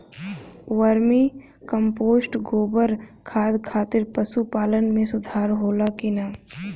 Vermi compost गोबर खाद खातिर पशु पालन में सुधार होला कि न?